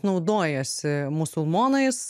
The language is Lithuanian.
naudojasi musulmonais